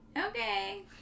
Okay